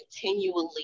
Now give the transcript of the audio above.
continually